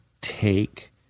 take